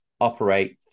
operate